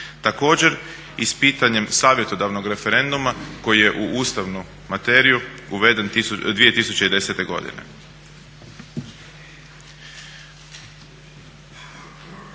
Također i s pitanjem savjetodavnog referenduma koji je u ustavnu materiju uveden 2010. godine.